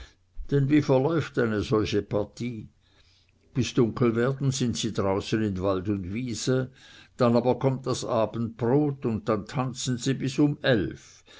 denn wie verläuft eine solche partie bis dunkelwerden sind sie draußen in wald und wiese dann aber kommt das abendbrot und dann tanzen sie bis um elf